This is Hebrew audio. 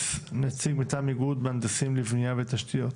מטעם איגוד מהנדסים לבנייה ותשתיות.